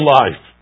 life